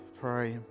pray